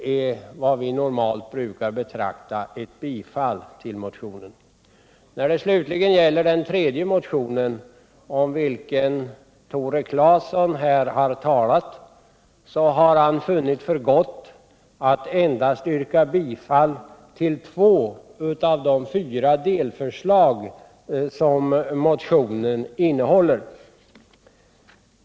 Vad slutligen gäller den tredje motianen, om vilken Tore Claeson här har talat, har han funnit för gott att yrka bifall till endast två av de fyra delförslag som motionen innehåller.